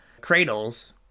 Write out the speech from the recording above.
Cradles